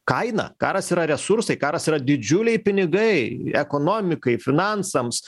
kaina karas yra resursai karas yra didžiuliai pinigai ekonomikai finansams